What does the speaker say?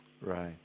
Right